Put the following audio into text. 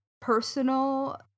personal